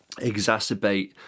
exacerbate